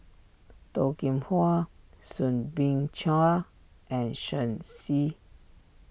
Toh Kim Hwa Soo Bin Chua and Shen Xi